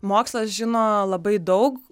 mokslas žino labai daug